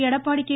Edappadi K